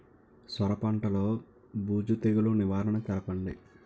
సొర పంటలో బూజు తెగులు నివారణ తెలపండి?